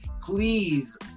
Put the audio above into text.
please